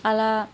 అలా